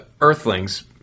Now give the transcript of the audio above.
Earthlings